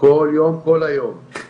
כל יום כל היום.